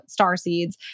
Starseeds